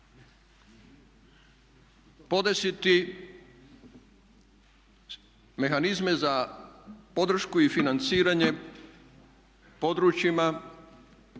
podesiti mehanizme za podršku i financiranje područjima